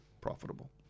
profitable